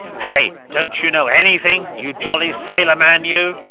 hey? dont you know anything you jolly sailor-man you?